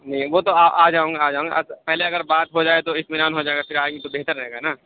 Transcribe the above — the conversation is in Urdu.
نہیں وہ تو آ آ جاؤں گا آ جاؤں گا آپ پہلے اگر بات ہو جائے تو اطمینان ہو جائے گا پھر آئیں گے تو بہتر رہے گا نا